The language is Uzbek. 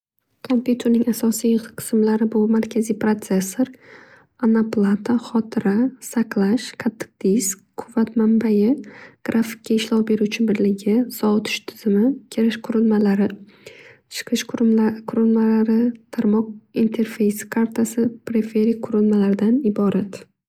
Komputerning markaziy qismlari bu markaziy protsessor, anaplata, xotira saqlash, qattiq disk, quvvat manbayi, grafikga ishlov beruvchi birligi, sovitish tizimi, kirish qurilmalari, chiqish qurilmalari, interfeyz qartasi prefeyr qurilmalardan iborat.